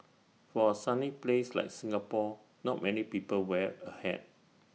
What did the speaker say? for A sunny place like Singapore not many people wear A hat